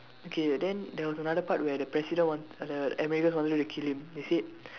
okay then there was another part where the president want the Americans wanted to kill him they said